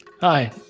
Hi